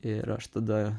ir aš tada